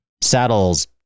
Saddles